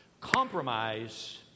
compromise